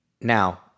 Now